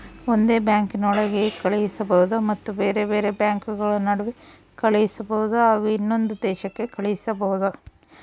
ಒಂದೇ ಬ್ಯಾಂಕಿನೊಳಗೆ ಕಳಿಸಬಹುದಾ ಮತ್ತು ಬೇರೆ ಬೇರೆ ಬ್ಯಾಂಕುಗಳ ನಡುವೆ ಕಳಿಸಬಹುದಾ ಹಾಗೂ ಇನ್ನೊಂದು ದೇಶಕ್ಕೆ ಕಳಿಸಬಹುದಾ?